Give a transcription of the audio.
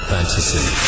Fantasy